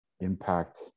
impact